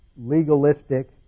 legalistic